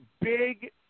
big